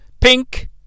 Pink